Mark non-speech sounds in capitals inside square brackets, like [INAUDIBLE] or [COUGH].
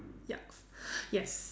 yup [BREATH] yes